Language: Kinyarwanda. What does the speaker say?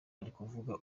arikuvuga